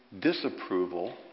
disapproval